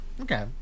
Okay